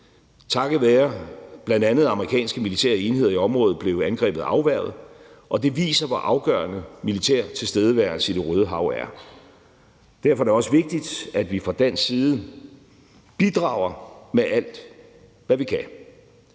Takket være bl.a. amerikanske militære enheder i området blev angrebet afværget, og det viser, hvor afgørende militær tilstedeværelse i Det Røde Hav er. Derfor er det også vigtigt, at vi fra dansk side bidrager med alt, hvad vi kan.